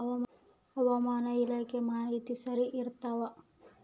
ಹವಾಮಾನ ಇಲಾಖೆ ಮಾಹಿತಿ ಸರಿ ಇರ್ತವ?